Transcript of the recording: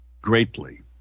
greatly